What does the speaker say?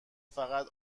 فقط